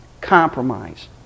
Compromise